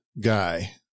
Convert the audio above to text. guy